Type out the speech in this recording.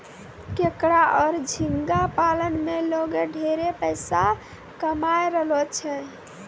केकड़ा आरो झींगा पालन में लोगें ढेरे पइसा कमाय रहलो छै